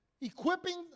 Equipping